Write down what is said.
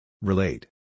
Relate